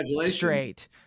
Straight